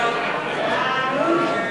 סעיף 30, כהצעת הוועדה,